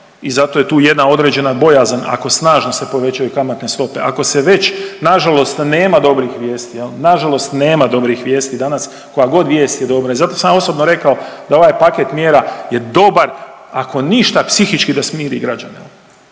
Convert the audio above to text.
i zato je tu jedna određena bojazan ako snažno povećaju kamatne stope, ako se već nažalost nema dobrih vijesti, nažalost nema dobrih vijesti danas kojagod je vijest je dobra. I zato sam ja osobno rekao da ovaj paket mjera je dobar, ako ništa psihički da smiri građane,